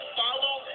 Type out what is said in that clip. follow